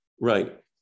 right